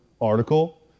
article